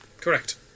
correct